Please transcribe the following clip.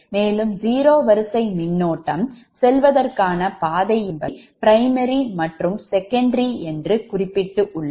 மேலும் 0 வரிசை மின்னோட்டம் செல்வதற்கான பாதை என்பதை பிரைமரி மற்றும் செகண்டரி என்று குறிப்பிட்டு உள்ளோம்